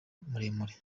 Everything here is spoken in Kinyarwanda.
muremure